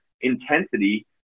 intensity